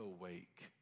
awake